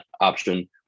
option